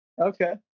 Okay